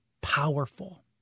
powerful